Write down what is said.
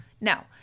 Now